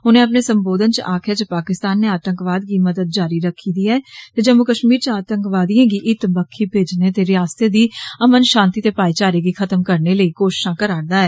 उनें अपने सम्बोधन च आक्खेआ जे पाकिस्तान ने आतंकवाद गी मदद जारी रखी दी ऐ ते जम्मू कष्मीर च आतंकवादिऐ गी इत्त बक्खी भेजने ते रियासत दी अमन षांति ते भाईचारे गी खतम करने लेई कोषषा करा'रदा ऐ